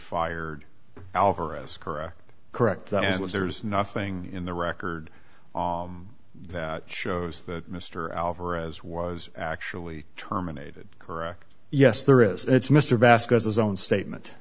fired alvarez correct correct that was there's nothing in the record that shows that mr alvarez was actually terminated correct yes there is it's mr vasquez his own statement